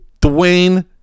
Dwayne